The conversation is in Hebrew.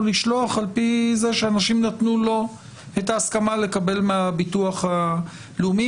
לשלוח על פי זה שאנשים נתנו לו את ההסכמה לקבל מהביטוח הלאומי.